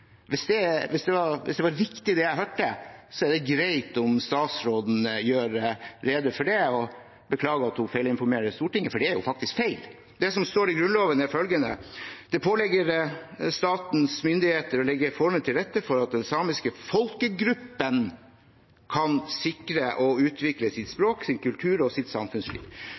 Hvis det var riktig det jeg hørte, er det greit om statsråden gjør rede for det og beklager at hun feilinformerer Stortinget, for det er jo faktisk feil. Det som står i Grunnloven, er: «Det påligger statens myndigheter å legge forholdene til rette for at den samiske folkegruppe kan sikre og utvikle sitt språk, sin kultur og sitt samfunnsliv.»